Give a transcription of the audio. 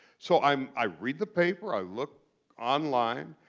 so i um i read the paper. i look online.